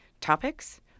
topics